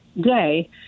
day